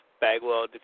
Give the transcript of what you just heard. Bagwell